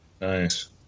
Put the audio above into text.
Nice